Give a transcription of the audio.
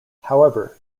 however